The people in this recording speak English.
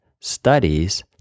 studies